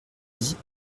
dit